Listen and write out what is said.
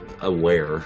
aware